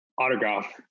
autograph